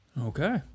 okay